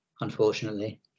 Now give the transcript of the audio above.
unfortunately